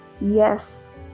Yes